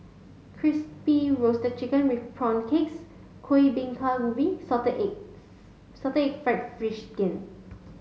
crispy roasted chicken with prawn crackers Kueh Bingka Ubi salted eggs salted egg fried fish skin